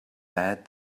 had